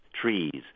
trees